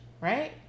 right